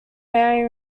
mary